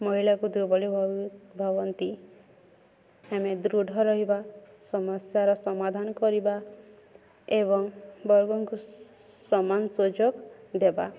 ମହିଳାକୁ ଦୁର୍ବଳ ଭାବନ୍ତି ଆମେ ଦୃଢ଼ ରହିବା ସମସ୍ୟାର ସମାଧାନ କରିବା ଏବଂ ବର୍ଗଙ୍କୁ ସମାନ ସୁଯୋଗ ଦେବା